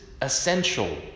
essential